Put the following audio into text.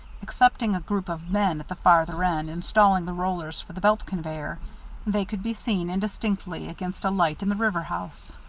excepting a group of men at the farther end, installing the rollers for the belt conveyor they could be seen indistinctly against a light in the river house.